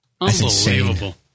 Unbelievable